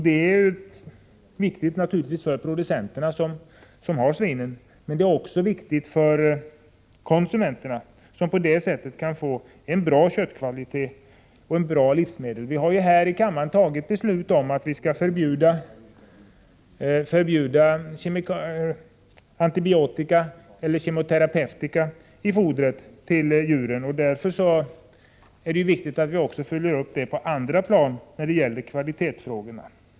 Det är naturligtvis viktigt för producenterna men också för konsumenterna, som därigenom tillförsäkras en god köttkvalitet och bra livsmedel. Vi har här i kammaren fattat beslut om att förbjuda antibiotika och kemoterapeutiska medel i djurfoder. Det är viktigt att vi följer upp detta beslut också på andra plan när det gäller kvalitetsfrågorna.